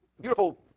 Beautiful